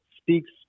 speaks